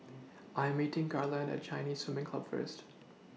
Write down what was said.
I Am meeting Garland At Chinese Swimming Club First